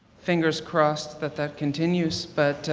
fingers crossed that that continues but,